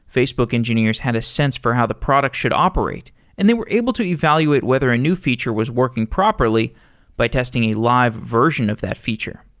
facebook engineers had a sense for how the product should operate and they were able to evaluate whether a new feature was working properly by testing a live version of that feature.